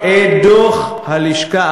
את דוח הלשכה.